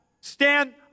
Stand